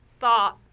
thought